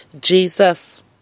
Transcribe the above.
Jesus